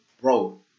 bro